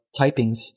typings